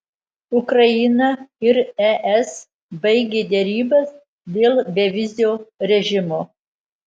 ukraina ir es baigė derybas dėl bevizio režimo